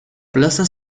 plaza